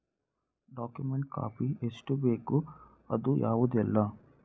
Document copy ಎಷ್ಟು ಬೇಕು ಅದು ಯಾವುದೆಲ್ಲ?